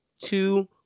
two